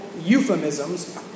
euphemisms